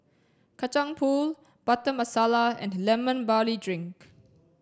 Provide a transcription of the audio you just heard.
kacang Pool Butter Masala and lemon barley drink